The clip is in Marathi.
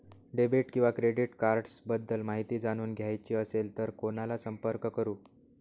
डेबिट किंवा क्रेडिट कार्ड्स बद्दल माहिती जाणून घ्यायची असेल तर कोणाला संपर्क करु?